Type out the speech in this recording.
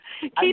Keep